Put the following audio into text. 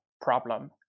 problem